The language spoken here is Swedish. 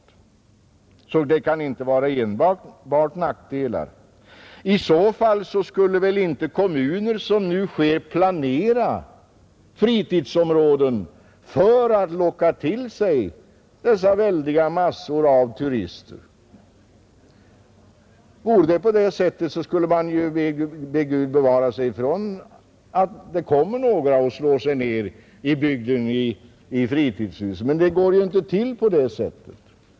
Det kan alltså inte vara enbart nackdelar, I så fall skulle väl inte kommunerna, som nu sker, planera fritidsområden för att med dem locka till sig stora mängder turister, Då skulle man be Gud bevara sig för att någon slog sig ned i fritidshus i bygden. Nej, det går inte till på det sättet.